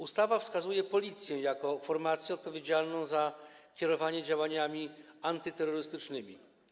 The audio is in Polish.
Ustawa wskazuje Policję jako formację odpowiedzialną za kierowanie działaniami antyterrorystycznymi.